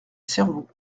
cerveau